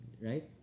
right